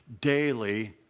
daily